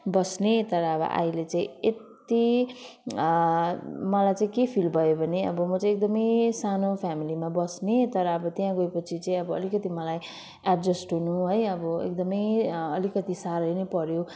बस्ने तर अब अहिले चाहिँ यत्ति मलाई चाहिँ के फिल भयो भने अब म चाहिँ एकदमै सानो फ्यामिलीमा बस्ने तर अब त्यहाँ गएपछि चाहिँ अब अलिकति मलाई एड्जस्ट हुनु है अब एकदमै अलिकति सारै नै पर्यो